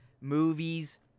movies